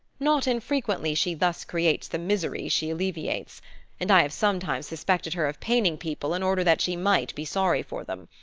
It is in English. not infrequently she thus creates the misery she alleviates and i have sometimes suspected her of paining people in order that she might be sorry for them.